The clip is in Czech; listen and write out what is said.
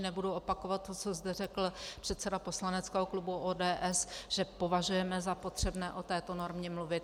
Nebudu opakovat to, co zde řekl předseda poslaneckého klubu ODS, že považujeme za potřebné o této normě mluvit.